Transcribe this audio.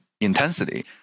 intensity